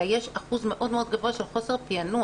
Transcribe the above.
אלא יש אחוז מאוד מאוד גבוה של חוסר פענוח,